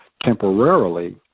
temporarily